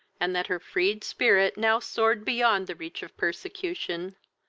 and that her freed spirit now soared beyond the reach of persecution,